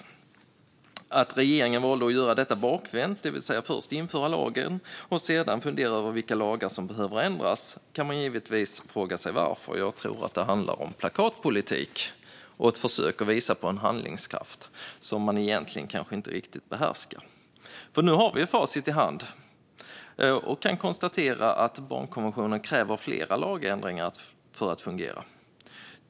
Man kan givetvis fråga varför regeringen valde att göra detta bakvänt, det vill säga att först införa lagen och sedan fundera över vilka lagar som behöver ändras. Jag tror att det handlar om plakatpolitik och ett försök att visa en handlingskraft som man egentligen kanske inte riktigt behärskar. Nu har vi facit i hand och kan konstatera att barnkonventionen kräver flera lagändringar för att fungera.